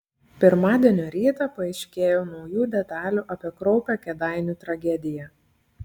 pirmadienio rytą paaiškėjo naujų detalių apie kraupią kėdainių tragediją